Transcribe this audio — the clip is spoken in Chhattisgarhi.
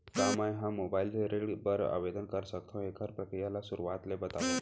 का मैं ह मोबाइल ले ऋण बर आवेदन कर सकथो, एखर प्रक्रिया ला शुरुआत ले बतावव?